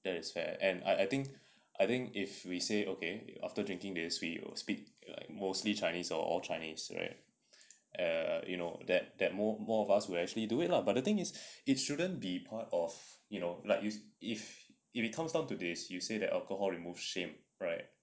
that is fair and I think I think if we say okay after drinking we speak like mostly chinese or all chinese right err you know that that more more of us will actually do it lah but the thing is it shouldn't be part of you know like use if if it comes down to this you say that alcohol remove shame right